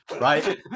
right